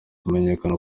kumenyekana